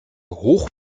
hoch